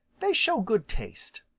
they show good taste.